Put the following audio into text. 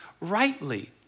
rightly